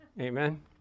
Amen